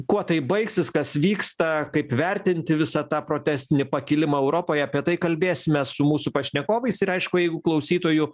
kuo tai baigsis kas vyksta kaip vertinti visą tą protesnį pakilimą europoje apie tai kalbėsimės su mūsų pašnekovais ir aišku jeigu klausytojų